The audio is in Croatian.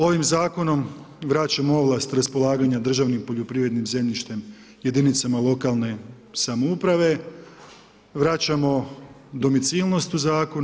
Ovim zakonom vraćam ovlast raspolaganje državnim poljoprivrednim zemljištem, jedinicama lokalne samouprave, vraćamo domicilnost u zakon.